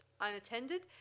unattended